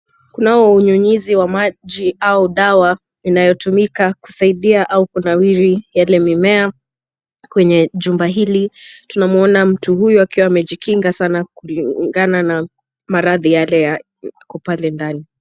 Kunao unyunyizi wa maji au dawa inayotumika kusaidia au kunawiri yale mimea. Kwenye jumba hili tunamuona mtu huyu akiwa amejikinga sana kulingana na maradhi yale yako pale ndani.